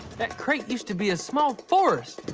that crate used to be a small forest.